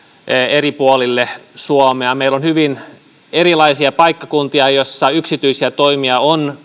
eri puolille suomea meillä on hyvin erilaisia paikkakuntia joilla yksityisiä toimijoita on